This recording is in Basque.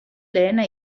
lehena